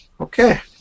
Okay